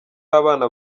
n’abana